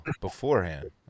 Beforehand